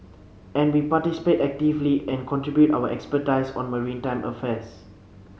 and we participate actively and contribute our expertise on maritime affairs